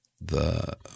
the-